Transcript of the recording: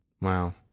Wow